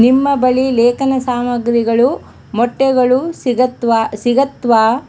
ನಿಮ್ಮ ಬಳಿ ಲೇಖನ ಸಾಮಗ್ರಿಗಳು ಮೊಟ್ಟೆಗಳು ಸಿಗುತ್ವಾ ಸಿಗುತ್ವಾ